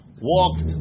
walked